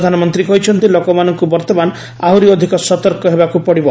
ପ୍ରଧାନମନ୍ତ୍ରୀ କହିଛନ୍ତି ଲୋକମାନଙ୍କୁ ବର୍ତ୍ତମାନ ଆହୁରି ଅଧିକ ସତର୍କ ହେବାକୁ ପଡ଼ିବ